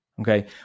okay